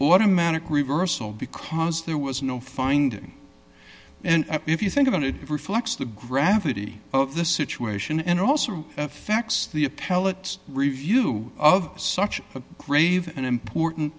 automatic reversal because there was no finding and if you think about it it reflects the gravity of the situation and also affects the appellate review of such a grave and important